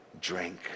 drink